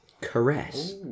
Caress